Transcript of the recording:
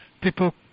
people